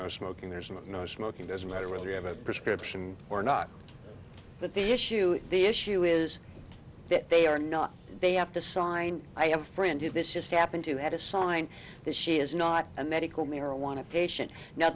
no smoking there's no smoking doesn't matter whether you have a prescription or not but the issue the issue is that they are not they have to sign i have a friend did this just happen to have a sign that she is not a medical marijuana patient now